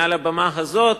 מעל הבמה הזאת,